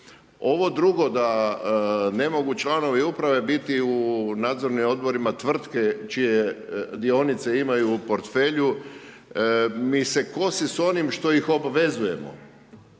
Ovo drugo da ne mogu članovi uprave biti u Nadzornim odborima tvrtke čije dionice imaju u portfelju, mi se kosi sa onim što ih obvezujemo.